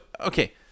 okay